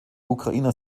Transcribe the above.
ukrainer